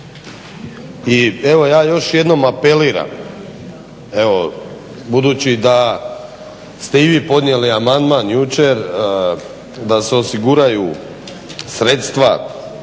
I evo ja još jednom apeliram, evo budući da ste i vi podnijeli amandman jučer da se osiguraju sredstva